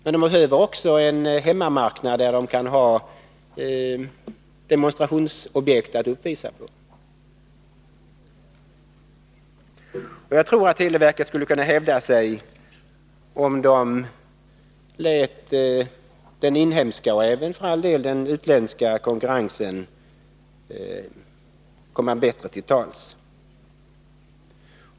Men den behöver också en hemmamarknad, där demonstrationsobjekt kan uppvisas. Jag tror att televerket skulle kunna hävda sig, även om det lät den inhemska konkurrensen, och för all del även den utländska, komma bättre till tals.